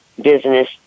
business